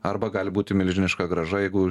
arba gali būti milžiniška grąža jeigu